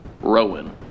Rowan